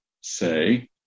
say